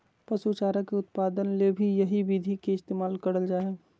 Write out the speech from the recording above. पशु चारा के उत्पादन ले भी यही विधि के इस्तेमाल करल जा हई